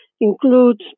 includes